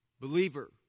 believer